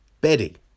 Betty